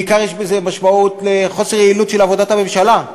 בעיקר יש בזה משמעות לחוסר היעילות של עבודת הממשלה.